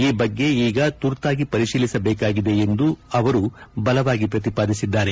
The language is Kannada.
ಈ ಬಗ್ಗೆ ಈಗ ತುರ್ತಾಗಿ ಪರಿಶೀಲಿಸಬೇಕಾಗಿದೆ ಎಂದು ಅವರು ಸಹ ಅವರು ಬಲವಾಗಿ ಪ್ರತಿಪಾದಿಸಿದ್ದಾರೆ